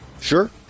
Sure